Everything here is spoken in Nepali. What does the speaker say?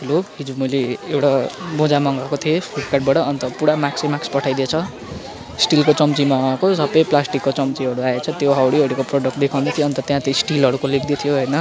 हेलो हिजो मैले एउटा मोजा मगाएको थिएँ फ्लिपकार्टबाट अन्त पुरा माक्सै माक्स पठाइदिएछ स्टिलको चम्ची मगाएको सबै प्लास्टिकको चम्चीहरू आएछ त्यो हाउडे हाउडेको प्रडक्ट देखाउँदैथ्यो अन्त त्यहाँ त स्टिलहरूको लेख्दै थियो होइन